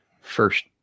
first